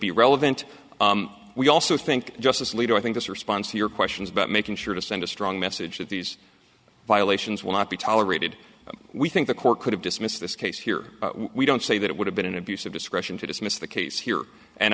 be relevant we also think justice alito i think its response to your questions about making sure to send a strong message that these violations will not be tolerated we think the court could have dismissed this case here we don't say that it would have been an abuse of discretion to dismiss the case here and